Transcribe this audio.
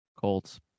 Colts